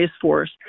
Force